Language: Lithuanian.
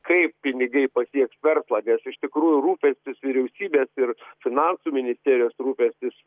kaip pinigai pasieks verslą nes iš tikrųjų rūpestis vyriausybės ir finansų ministerijos rūpestis